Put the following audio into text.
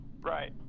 Right